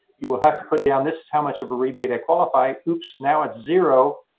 you will have to put down, this is how much of a rebate i qualified. oops, now it's zero.